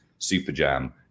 SuperJam